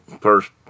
first